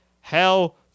Hell